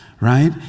Right